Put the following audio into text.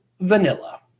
vanilla